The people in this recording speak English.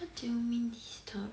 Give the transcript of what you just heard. what do you mean disturb